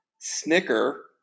snicker